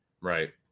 right